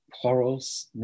quarrels